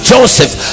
Joseph